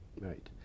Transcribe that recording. Right